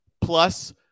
plus